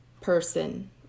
person